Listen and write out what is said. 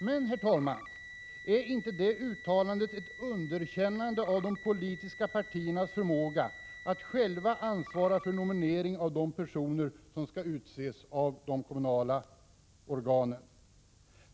Men, herr talman, är inte det uttalandet ett underkännande av de politiska partiernas förmåga att själva ansvara för nomineringen av de personer som skall utses av de kommunala organen?